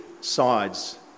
sides